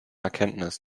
erkenntnis